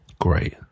great